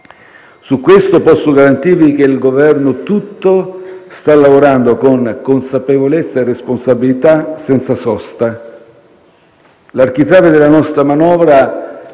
Su questo posso garantirvi che il Governo tutto sta lavorando con consapevolezza e responsabilità senza sosta. L'architrave della nostra manovra